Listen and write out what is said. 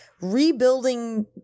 rebuilding